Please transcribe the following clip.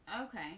Okay